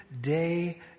day